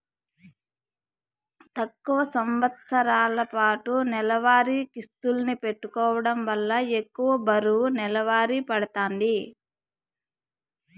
తక్కువ సంవస్తరాలపాటు నెలవారీ కిస్తుల్ని పెట్టుకోవడం వల్ల ఎక్కువ బరువు నెలవారీ పడతాంది